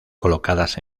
colocadas